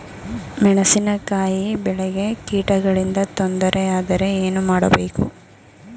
ಮೆಣಸಿನಕಾಯಿ ಬೆಳೆಗೆ ಕೀಟಗಳಿಂದ ತೊಂದರೆ ಯಾದರೆ ಏನು ಮಾಡಬೇಕು?